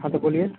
हाँ सर बोलिए